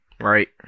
right